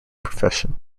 profession